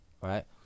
right